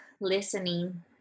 listening